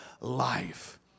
life